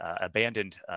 abandoned